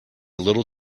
little